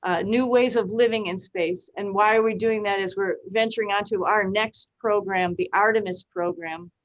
ah new ways of living in space. and why are we doing that as we're venturing onto our next program, the artemis program,